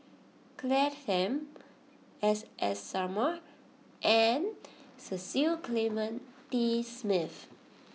Claire Tham S S Sarma and Cecil Clementi Smith